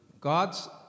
God's